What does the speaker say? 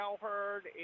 Cowherd